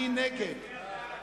מי נגד?